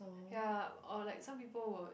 ya or like some people would